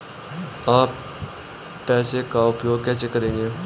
आप पैसे का उपयोग कैसे करेंगे?